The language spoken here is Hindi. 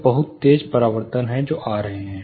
तो बहुत तेज परावर्तन है जो आ रहा है